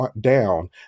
down